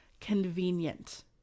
convenient